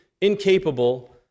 incapable